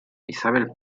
isabel